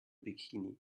bikini